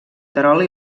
terol